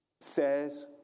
says